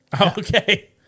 Okay